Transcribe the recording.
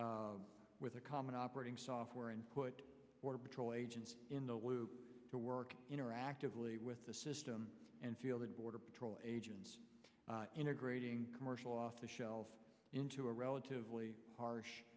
with a common operating software input for patrol agents in the loop to work interactively with the system and fielded border patrol agents integrating commercial off the shelf into a relatively harsh